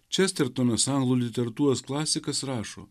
čestertonas anglų literatūros klasikas rašo